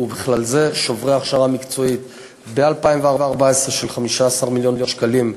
ובכלל זה שוברי הכשרה מקצועית ב-2014 של 15 מיליון שקלים,